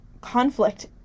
conflict